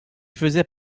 faisait